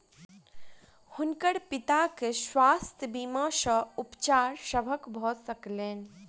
हुनकर पिता के स्वास्थ्य बीमा सॅ उपचार संभव भ सकलैन